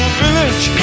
village